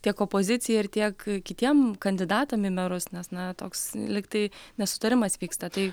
tiek opozicija ir tiek kitiem kandidatam į merus nes na toks lyg tai nesutarimas vyksta tai